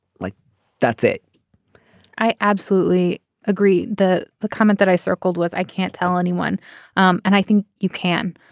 like that's it i absolutely agree that the comment that i circled with i can't tell anyone and i think you can.